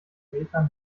metern